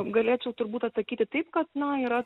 galėčiau turbūt atsakyti taip kad na yra